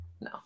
No